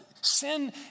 Sin